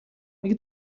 مگه